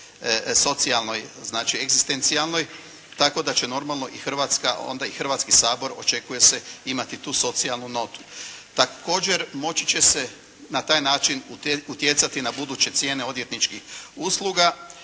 socijalnoj znači egzistencijalnoj, tako da će normalno i Hrvatska onda i Hrvatski sabor očekuje se imati tu socijalnu notu. Također moći će se na taj način utjecati na buduće cijene odvjetničkih usluga.